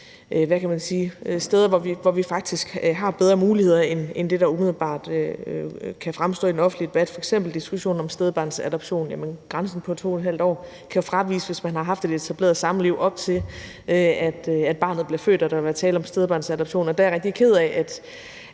steder, hvor vi faktisk har bedre muligheder end det, der umiddelbart kan fremstå i den offentlige debat, f.eks. diskussionen om stedbarnsadoption, hvor grænsen på 2½ år kan fraviges, hvis man har haft et etableret samliv, op til at barnet er blevet født, når der har været tale om stedbarnsadoption. Der er jeg rigtig ked af,